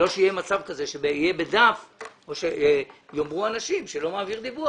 שלא יהיה מצב כזה שיאמרו אנשים שלא מעביר דיווח.